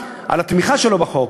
על התמיכה שלו בחוק,